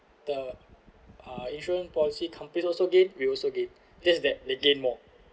the uh insurance policy company also gain we also get just that they gain more